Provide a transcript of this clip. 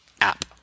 app